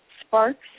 Sparks